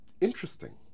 interesting